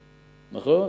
נכון?